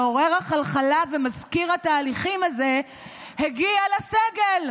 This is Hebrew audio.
מעורר החלחלה ומזכיר התהליכים הזה הגיע לסגל.